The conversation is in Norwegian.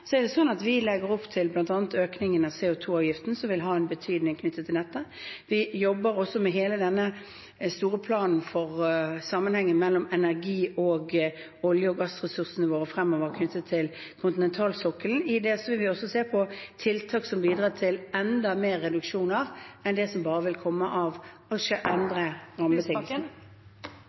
er det sånn at vi legger opp til bl.a. en økning av CO 2 -avgiften, noe som vil ha en betydning knyttet til dette. Vi jobber også med hele denne store planen for sammenhengen mellom energi og olje- og gassressursene våre fremover knyttet til kontinentalsokkelen. I det vil vi også se på tiltak som bidrar til enda flere reduksjoner enn dem som bare vil komme av